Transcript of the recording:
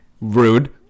Rude